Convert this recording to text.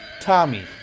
Tommy